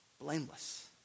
blameless